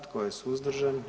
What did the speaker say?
Tko je suzdržan?